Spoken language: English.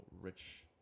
rich